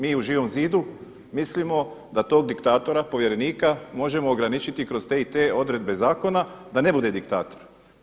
Mi u Živom zidu mislimo da tog diktatora, povjerenika možemo ograničiti kroz te i te odredbe zakona da ne bude diktator.